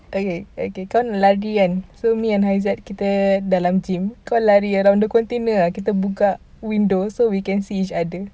okay okay kau lari kan so me and haizat kita dalam gym kau lari dalam container lah kita buka window so we can see each other